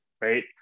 right